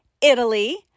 Italy